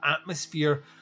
atmosphere